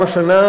גם השנה,